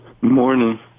morning